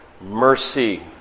mercy